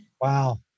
Wow